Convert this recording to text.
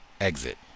exit